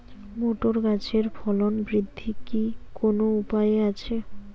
Motor গাছের ফলন বৃদ্ধির কি কোনো উপায় আছে?